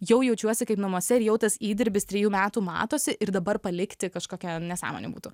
jau jaučiuosi kaip namuose ir jau tas įdirbis trejų metų matosi ir dabar palikti kažkokia nesąmonė būtų